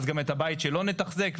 אז גם את הבית שלו נתחזק,